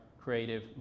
creative